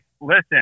Listen